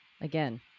Again